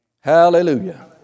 Hallelujah